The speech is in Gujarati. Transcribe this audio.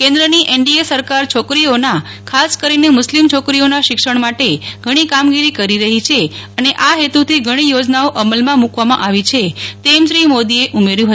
કેન્દ્રની એનડીએ સરકાર છોકરીઓના ખાસ કરીને મુસ્લિમ છોકરીઓના શિક્ષણ માટે ઘણી કામગીરી કરી રહી છે અને આ હેતુથી ઘણી યોજનાઓ અમલમાં મુકવામાં આવી છે તેમ શ્રી મોદીએ ઉમેર્યું હતું